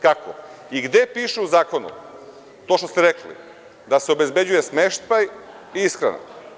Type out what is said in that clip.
Kako i gde piše u zakonu to što ste rekli da se obezbeđuje smeštaj i ishrana?